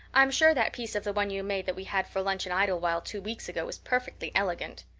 i'm sure that piece of the one you made that we had for lunch in idlewild two weeks ago was perfectly elegant.